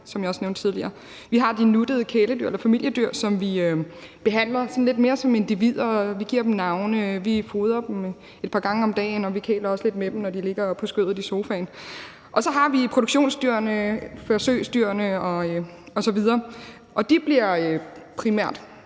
Vi har de nuttede kæledyr eller familiedyr, som vi behandler sådan lidt mere som individer – vi giver dem navne, vi fodrer dem et par gange om dagen, og vi kæler også lidt med dem, når de ligger på skødet i sofaen. Og så har vi produktionsdyrene, forsøgsdyrene osv., og de bliver primært